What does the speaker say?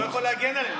אתה לא יכול להגן עליהם.